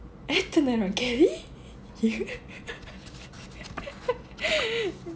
Ethelene and Kelly I was so shocked